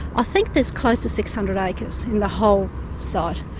i think there's close to six hundred acres in the whole site.